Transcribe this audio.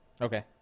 Okay